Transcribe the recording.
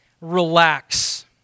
relax